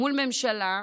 מול ממשלה.